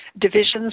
divisions